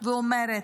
ואומרת: